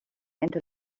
into